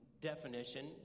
definition